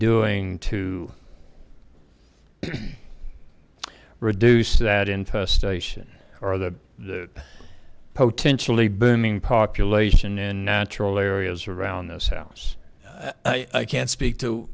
doing to reduce that infestation or the potentially booming population in natural areas around this house i can't speak to